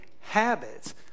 habits